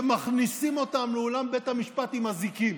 שמכניסים אותם לאולם בית המשפט עם אזיקים